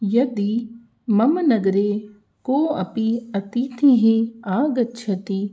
यदि मम नगरे को अपि अतिथिः आगच्छति